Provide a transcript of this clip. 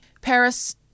Paris